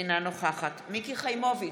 אינה נוכחת מיקי חיימוביץ'